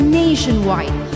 nationwide